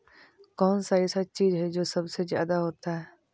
कौन सा ऐसा चीज है जो सबसे ज्यादा होता है?